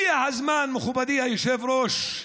הגיע הזמן, מכובדי היושב-ראש,